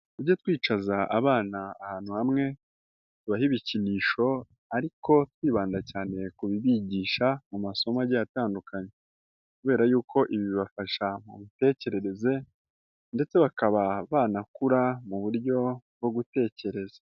Tujye twicaza abana ahantu hamwe, tubahe ibikinisho ariko twibanda cyane kubibigisha mu masomo agiye atandukanye. Kubera yuko ibi bibafasha mu mitekerereze, ndetse bakaba banakura mu buryo bwo gutekereza.